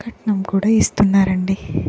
కట్నం కూడా ఇస్తున్నారండి